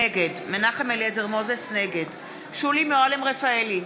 נגד שולי מועלם-רפאלי,